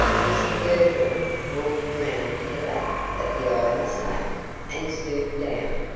mr girtle walked round to the back of the iron safe and stooped down,